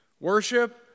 Worship